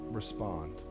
respond